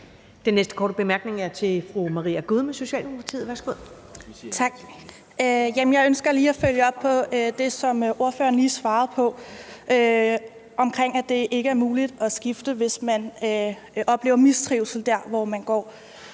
Den næste korte bemærkning er til fru Maria Gudme, Socialdemokratiet. Værsgo. Kl. 15:32 Maria Gudme (S): Tak. Jeg ønsker lige at følge op på det, som ordføreren lige svarede på, om, at det ikke er muligt at skifte, hvis man oplever mistrivsel der, hvor man går.